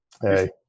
Hey